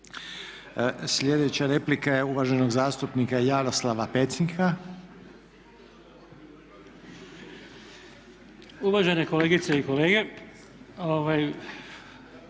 Sljedeća replika je uvaženog zastupnika Jaroslava Pecnika. **Pecnik,